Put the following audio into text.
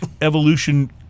evolution